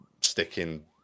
sticking